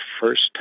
first